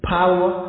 power